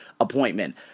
appointment